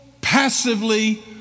passively